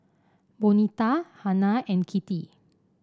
Bonita Hanna and Kittie